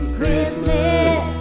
Christmas